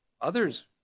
others